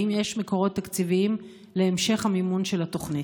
האם יש מקורות תקציביים להמשך המימון של התוכנית?